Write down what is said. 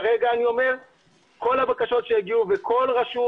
כרגע כל הבקשות שיגיעו מכל רשות